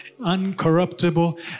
uncorruptible